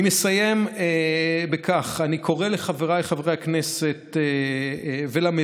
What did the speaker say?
אני מסיים בכך: אני קורא לחבריי חברי הכנסת ולמליאה